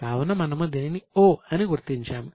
కావున మనము దీనిని 'O' అని గుర్తించాము